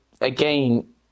again